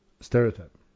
Stereotype